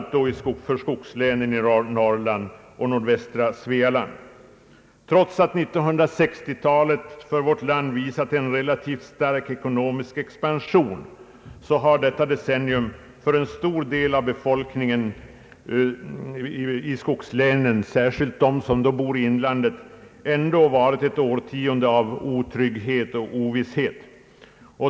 Trots att 1960-talet visat en relativt stark expansion för vårt land har detta decennium för en stor del av befolkningen i bl.a. skogslänen, särskilt för dem som bor i inlandet, ändå varit ett årtionde av otrygghet och ovisshet.